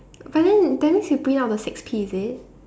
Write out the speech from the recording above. but then that means you print out the six P is it